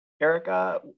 Erica